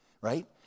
right